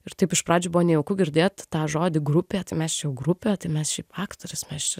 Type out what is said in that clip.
ir taip iš pradžių buvo nejauku girdėt tą žodį grupė tai mes čia jau grupė tai mes šiaip aktorės mes čia